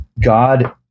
God